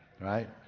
Right